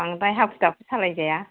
बांद्राय हाखु दाखु सालाय जाया